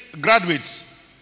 Graduates